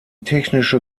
technische